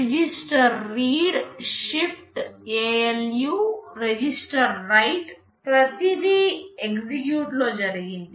register read shift ALU register write ప్రతిదీ ఎగ్జిక్యూట్లో జరిగింది